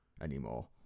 anymore